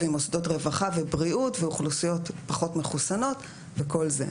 עם מוסדות רווחה ובריאות ואוכלוסיות פחות מחוסנות וכל זה,